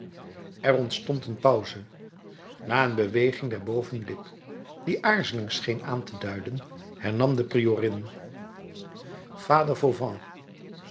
er ontstond een pauze na een beweging der bovenlip die aarzeling scheen aan te duiden hernam de priorin vader